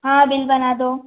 हाँ बिल बना दो